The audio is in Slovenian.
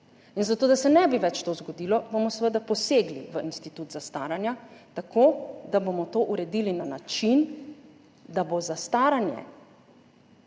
In zato da se ne bi več to zgodilo, bomo seveda posegli v institut zastaranja tako, da bomo to uredili na način, da bo zastaranje